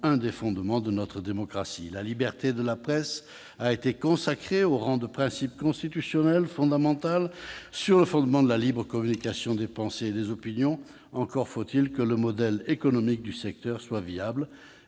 un des fondements de notre démocratie. La liberté de la presse a été consacrée au rang de principe constitutionnel fondamental, sur le fondement de la libre communication des pensées et des opinions. Encore faut-il que le modèle économique du secteur soit viable